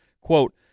Quote